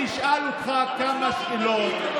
אני אשאל אותך כמה שאלות,